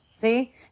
See